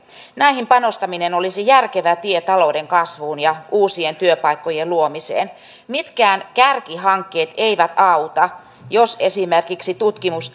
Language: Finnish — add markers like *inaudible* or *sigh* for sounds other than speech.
näihin panostaminen olisi järkevä tie talouden kasvuun ja uusien työpaikkojen luomiseen mitkään kärkihankkeet eivät auta jos esimerkiksi tutkimus *unintelligible*